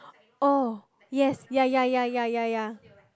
oh yes ya ya ya ya ya ya